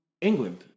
England